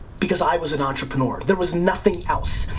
because i was an entrepreneur. there was nothing else.